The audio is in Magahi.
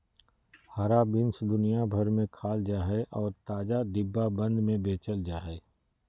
हरा बीन्स दुनिया भर में खाल जा हइ और ताजा, डिब्बाबंद में बेचल जा हइ